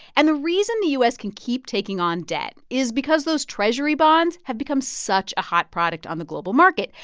and the reason the u s. can keep taking on debt is because those treasury bonds have become such a hot product on the global market.